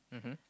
mmhmm